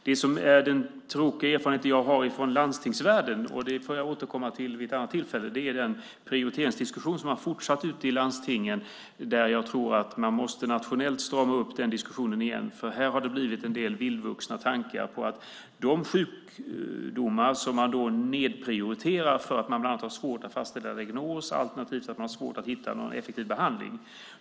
Det som är den tråkiga erfarenheten som jag har från landstingsvärlden, och det får jag återkomma till vid ett annat tillfälle, är den prioriteringsdiskussion som har fortsatt ute i landstingen. Jag tror att vi måste nationellt strama upp den diskussionen igen. Här har det blivit en del vildvuxna tankar. Det gäller de sjukdomar som man nedprioriterar för att man bland annat har svårt att fastställa diagnos alternativt för att man har svårt att hitta en effektiv behandling.